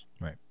right